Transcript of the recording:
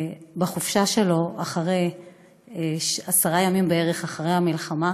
בחופשה שלו, עשרה ימים בערך אחרי המלחמה,